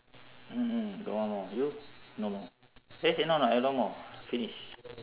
mm mm got one more you no more eh no no I no more finish